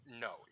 No